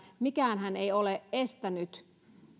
mikäänhän ei ole estänyt